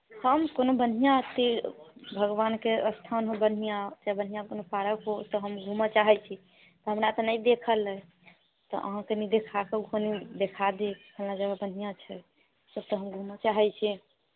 हम कोनो बढ़िआँ ती भगवानके स्थान हो बढ़िआँ से बढ़िआँ कोनो पारक हो तऽ हम घूमऽ चाहैत छी हमरा तऽ नहि देखल अइ अहाँ कनि देखा कऽ कनी देखा दी फलना जगह बढ़िआँ छै ओतऽ हम घूमऽ चाहैत छी